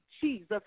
Jesus